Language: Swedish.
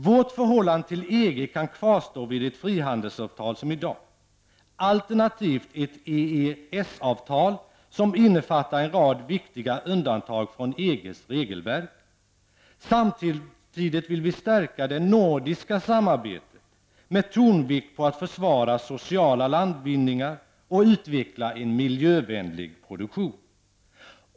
Vårt förhållande till EG kan kvarstå vid ett frihandelsavtal som i dag, alternativt ett EES-avtal som innefattar en rad viktiga undantag från EGs regelverk. Samtidigt vill vi stärka det nordiska samarbetet med tonvikt på att försvara sociala landvinningar och utveckla en miljövänlig produktion.